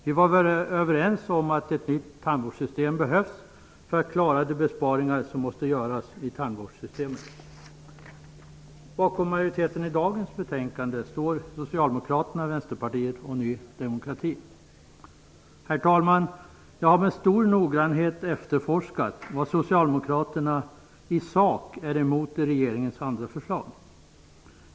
Vi var överens om att ett nytt tandvårdssystem behövs för att klara de besparingar som måste göras i tandvårdssystemet. Bakom majoriteten i dagens betänkande står Herr talman! Jag har med stor noggrannhet efterforskat vad socialdemokraterna i sak är emot i regeringens andra förslag.